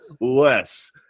less